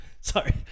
Sorry